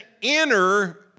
inner